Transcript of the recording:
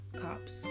Cops